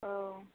औ